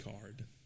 card